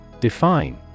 Define